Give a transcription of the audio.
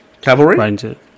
Cavalry